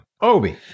obi